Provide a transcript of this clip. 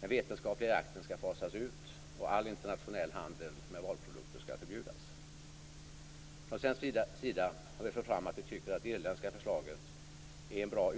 Den vetenskapliga jakten skall fasas ut och all internationell handel med valprodukter förbjudas. Från svensk sida har vi fört fram att vi tycker att det irländska förslaget är en bra